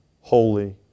Holy